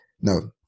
No